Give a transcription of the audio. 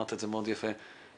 אמרת את זה מאוד יפה מקודם,